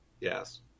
Yes